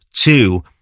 two